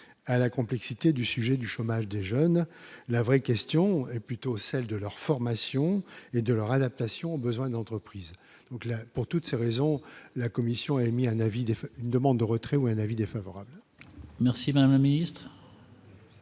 à la complexité du sujet du chômage des jeunes, la vraie question est plutôt celle de leur formation et de leur adaptation besoin d'entreprise donc là pour toutes ces raisons, la commission a émis un avis, une demande de retrait ou un avis défavorable. Merci dans la ministre.